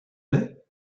plaît